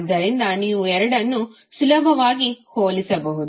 ಇದರಿಂದ ನೀವು ಎರಡನ್ನೂ ಸುಲಭವಾಗಿ ಹೋಲಿಸಬಹುದು